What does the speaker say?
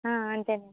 అంతేనండి